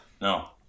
no